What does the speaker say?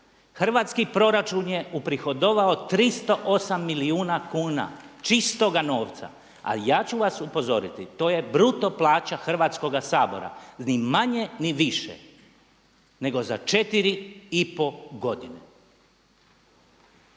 Hrvatski proračun je uprihodovao 308 milijuna kuna čistoga novca, ali ja ću vas upozoriti to je bruto plaća Hrvatskoga sabora ni manje ni više nego za 4 i pol godine.